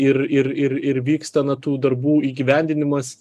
ir ir ir ir vyksta na tų darbų įgyvendinimas